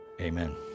Amen